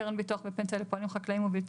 קרן ביטוח ופנסיה לפועלים חקלאיים ובלתי